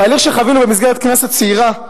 התהליך שחווינו במסגרת "כנסת צעירה"